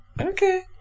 Okay